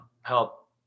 help